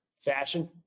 fashion